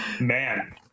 Man